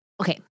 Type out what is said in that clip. Okay